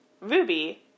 Ruby